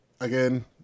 again